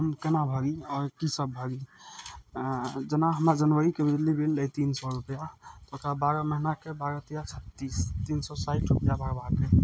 हम केना भरि आओर की सब भरि जेना हमरा जनवरीके बिजली बिल अइ तीन सओ रुपैआ तऽ ओकरा बारह महीनाके बारह तिया छत्तीस तीन सओ साठि रुपैआ भरबाके अइ